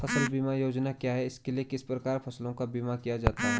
फ़सल बीमा योजना क्या है इसके लिए किस प्रकार फसलों का बीमा किया जाता है?